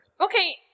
Okay